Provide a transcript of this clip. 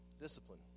discipline